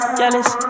jealous